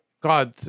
god